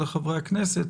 לחברי הכנסת,